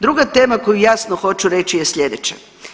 Druga tema koju jasno hoću reći je slijedeća.